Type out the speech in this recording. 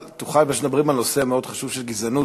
פשוט מדברים על נושא מאוד חשוב של גזענות.